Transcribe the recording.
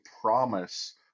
promise